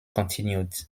continued